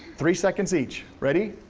three seconds each. ready?